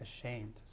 ashamed